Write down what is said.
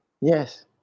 Yes